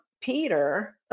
Peter